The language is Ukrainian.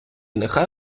нехай